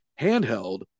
handheld